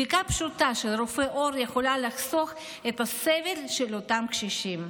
בדיקה פשוטה של רופא עור יכולה לחסוך את הסבל של אותם קשישים.